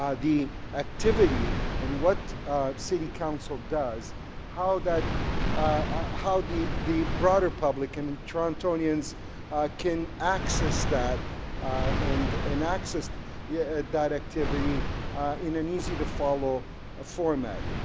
the activity and what city council does how that ah how the the broader public and and torontoians can access that and access yeah that activity in an easy to follow format.